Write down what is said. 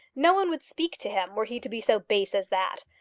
no one would speak to him were he to be so base as that.